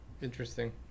Interesting